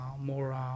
more